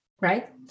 right